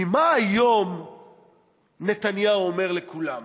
כי מה היום נתניהו אומר לכולם?